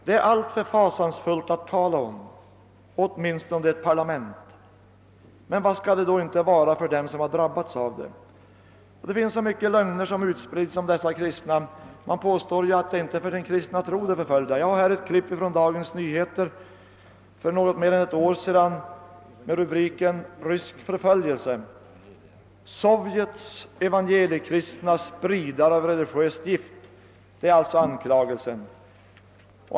Det är alltför fasansfulit att tala om, åtminstone i ett parlament! Men vad skall det då inte vara för dem som drabbats av detta? Det finns så mycket lögner som har utspritts om dessa kristna. Man påstår att det inte är för sin kristna tro som de är förföljda. Jag har här ett klipp ur Dagens Nyheter för något mer än ett år sedan med rubriken »Rysk förföljelse. Sovjets evangeliikristna spridare av religiöst gift.« Det är alltså anklagelsen.